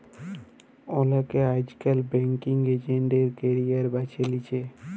অলেকে আইজকাল banking agent এর ক্যারিয়ার বাছে লিছে